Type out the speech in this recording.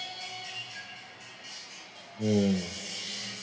mm